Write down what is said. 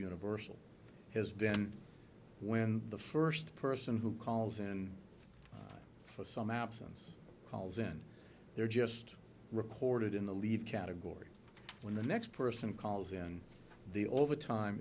universal has been when the first person who calls in for some absence calls in there just recorded in the leave category when the next person calls in the over time